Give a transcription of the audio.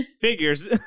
Figures